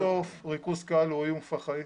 בסוף יש פה איום,